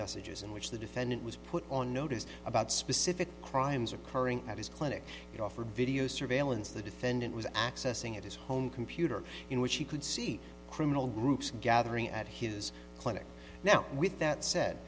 messages in which the defendant was put on notice about specific crimes occurring at his clinic that offer video surveillance the defendant was accessing at his home computer in which he could see criminal groups gathering at his clinic now with that said